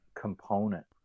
component